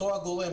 אותו הגורם,